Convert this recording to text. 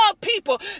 people